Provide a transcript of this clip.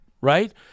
Right